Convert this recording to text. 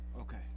Okay